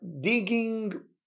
digging